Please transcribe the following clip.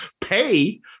pay